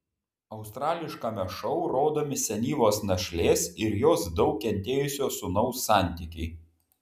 australiškame šou rodomi senyvos našlės ir jos daug kentėjusio sūnaus santykiai